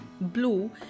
blue